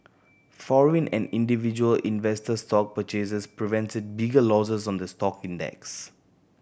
foreign and individual investor stock purchases prevented bigger losses on the stock index